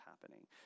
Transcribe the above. happening